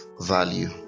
value